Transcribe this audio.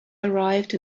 arrived